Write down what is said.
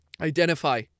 identify